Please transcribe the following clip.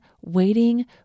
waiting